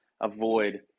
avoid